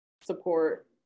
support